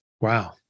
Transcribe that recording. wow